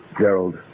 Gerald